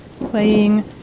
Playing